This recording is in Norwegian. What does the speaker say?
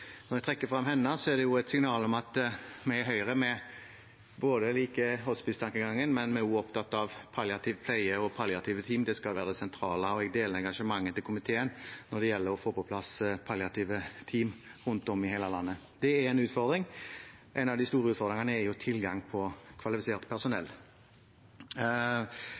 Når jeg trekker frem henne, er det et signal om at vi i Høyre liker hospice-tankegangen, og at vi også er opptatt av palliativ pleie og palliative team. Det skal være sentralt. Jeg deler engasjementet til komiteen når det gjelder å få på plass palliative team rundt om i hele landet. Det er en utfordring. En av de store utfordringene er tilgang på kvalifisert personell.